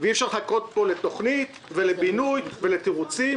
ואי אפשר לחכות פה לתכנית ולבינוי ולתירוצים.